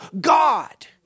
God